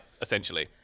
essentially